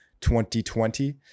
2020